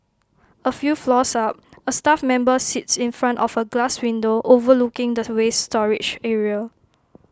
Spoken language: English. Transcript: A few floors up A staff member sits in front of A glass window overlooking the waste storage area